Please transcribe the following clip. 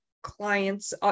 clients